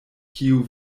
kiu